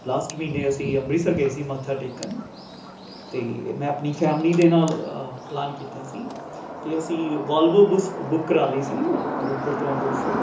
last ਮਹੀਨੇ ਅਸੀਂ ਅੰਮ੍ਰਿਤਸਰ ਗਏ ਸੀ ਮੱਥਾ ਟੇਕਣ ਅਤੇ ਮੈਂ ਆਪਣੀ ਫੈਮਿਲੀ ਦੇ ਨਾਲ ਪਲਾਨ ਕੀਤਾ ਸੀ ਅਤੇ ਅਸੀਂ ਵੋਲਵੋ ਬੱਸ ਬੁੱਕ ਕਰਵਾ ਲਈ ਰੋਪੜ ਤੋਂ ਅੰਮ੍ਰਿਤਸਰ